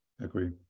Agree